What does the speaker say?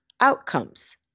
outcomes